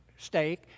steak